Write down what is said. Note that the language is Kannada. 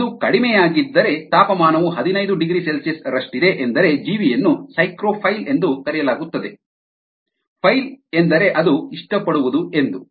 ಅದು ಕಡಿಮೆಯಾಗಿದ್ದರೆ ತಾಪಮಾನವು 15ºC ರಷ್ಟಿದೆ ಎಂದರೆ ಜೀವಿಯನ್ನು ಸೈಕ್ರೊಫೈಲ್ ಎಂದು ಕರೆಯಲಾಗುತ್ತದೆ ಫೈಲ್ ಎಂದರೆ ಅದು ಇಷ್ಟಪಡುವುದು ಎಂದು